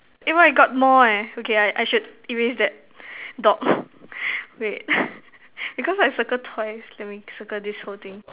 eh why I got more eh okay I I should erase that dog wait because I circle twice let me circle these whole thing